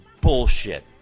bullshit